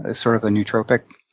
ah sort of a nootropic,